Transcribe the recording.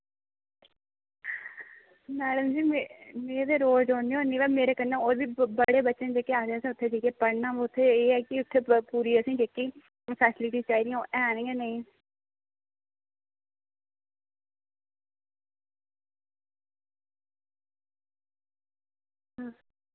madam ji में बी रोज़ औन्नी होन्नी पर मेरे कन्नै बहुत बच्चे ऐसे न जेह्कें पढ़ना केह् ऐ पर पूरी जेह्की फेस्लिटिंयां चाही दियां ओह् ऐ गै नेईं